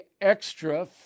extra